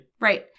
Right